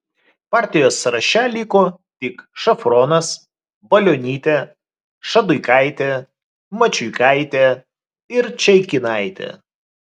partijos sąraše liko tik šafronas balionytė šaduikaitė mačiuikaitė ir čaikinaitė